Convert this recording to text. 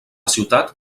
ciutat